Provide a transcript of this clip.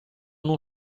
non